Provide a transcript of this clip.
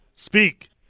Speak